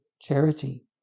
charity